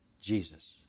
Jesus